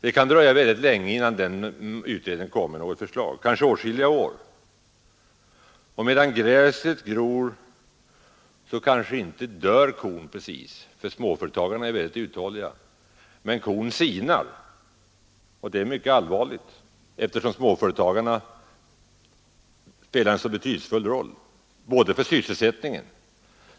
Det kan dröja väldigt länge, kanske åtskilliga år, innan den utredningen framlägger något förslag. Medan gräset gror så kanske inte kon dör, för småföretagarna är väldigt uthålliga, men kon sinar. Och det är mycket allvarligt, eftersom småföretagen spelar en så betydelsefull roll inte minst för sysselsättningen.